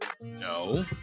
No